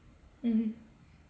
mm